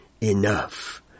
enough